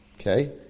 Okay